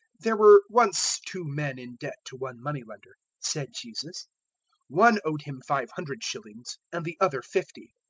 there were once two men in debt to one money-lender, said jesus one owed him five hundred shillings and the other fifty.